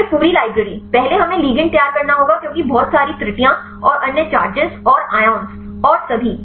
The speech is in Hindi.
फिर पूरी लाइब्रेरी पहले हमें लिगेंड तैयार करना होगा क्योंकि बहुत सारी त्रुटियां और अन्य चार्जेज और आयन और सभी